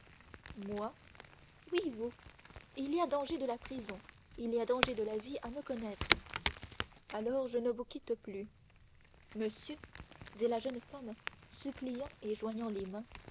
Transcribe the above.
moi oui vous il y a danger de la prison il y a danger de la vie à me connaître alors je ne vous quitte plus monsieur dit la jeune femme suppliant et joignant les mains